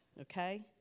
okay